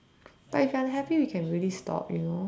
but if you're unhappy we can really stop you know